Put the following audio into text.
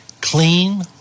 clean